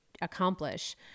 accomplish